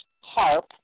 Harp